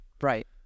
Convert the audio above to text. Right